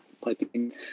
piping